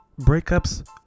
breakups